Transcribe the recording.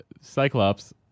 Cyclops